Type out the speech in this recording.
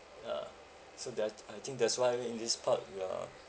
ah so that I think that's why in this part we are